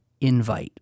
invite